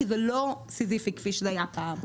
כי זה כבר לא סיזיפי כמו שזה היה בעבר.